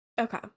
Okay